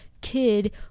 kid